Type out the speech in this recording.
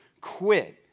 quit